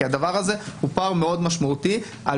כי הדבר הזה הוא פער מאוד משמעותי על